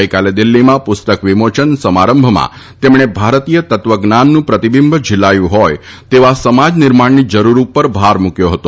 ગઈકાલે દિલ્હીમાં પુસ્તક વિમોચન સમારંભમાં તેમણે ભારતીય તત્વજ્ઞાનનું પ્રતિબિંબ ઝીલાયું હોય તેવા સમાજ નિર્માણની જરૂર ઉપર ભાર મૂક્યો હતો